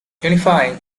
unifying